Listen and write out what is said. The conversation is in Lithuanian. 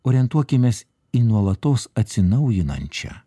orientuokimės į nuolatos atsinaujinančią